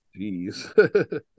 Jeez